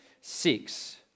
Six